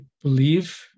believe